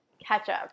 Ketchup